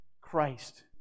Christ